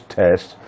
test